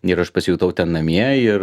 ir aš pasijutau ten namie ir